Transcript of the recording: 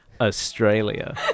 Australia